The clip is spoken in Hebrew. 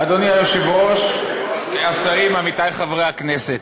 אדוני היושב-ראש, השרים, עמיתי חברי הכנסת,